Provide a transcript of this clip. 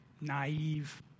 naive